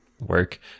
work